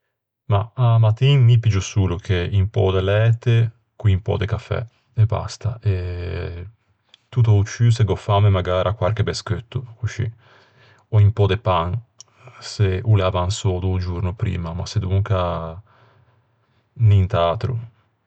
Mah, a-a mattin mi piggio solo che un pö de læte con un pö de cafè, e basta. Tutt'a-o ciù se gh'ò famme magara quarche bescheutto, coscì, ò un pö de pan, se o l'é avansou da-o giorno primma. Ma sedonca nint'atro.